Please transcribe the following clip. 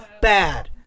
bad